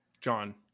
John